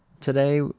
today